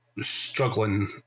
struggling